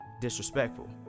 disrespectful